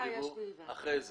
אחרי כן